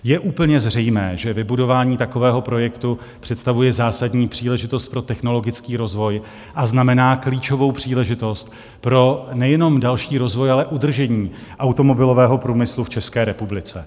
Je úplně zřejmé, že vybudování takového projektu představuje zásadní příležitost pro technologický rozvoj a znamená klíčovou příležitost nejenom pro další rozvoj, ale udržení automobilového průmyslu v České republice.